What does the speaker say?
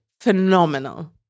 phenomenal